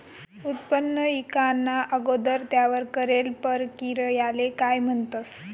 उत्पन्न ईकाना अगोदर त्यावर करेल परकिरयाले काय म्हणतंस?